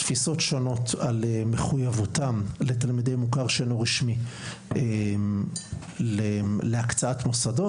תפיסות שונות על מחויבותם לתלמידי מוכר שאינו רשמי להקצאת מוסדות,